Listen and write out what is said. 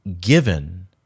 given